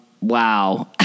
Wow